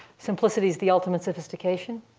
simplicity's the ultimate sophistication.